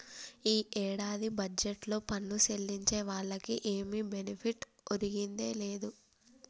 ఈ ఏడాది బడ్జెట్లో పన్ను సెల్లించే వాళ్లకి ఏమి బెనిఫిట్ ఒరిగిందే లేదు